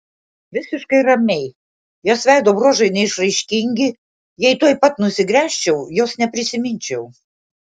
visiškai ramiai jos veido bruožai neišraiškingi jei tuoj pat nusigręžčiau jos neprisiminčiau